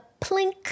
plink